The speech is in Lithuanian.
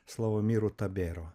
slavomiru tabėro